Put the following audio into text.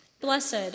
Blessed